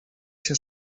się